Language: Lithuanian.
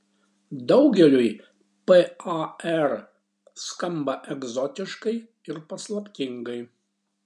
daugeliui par skamba egzotiškai ir paslaptingai